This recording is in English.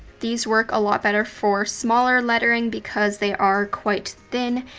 these work a lot better for smaller lettering because they are quite thin,